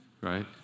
right